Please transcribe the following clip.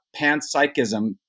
panpsychism